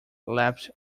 leapt